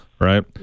Right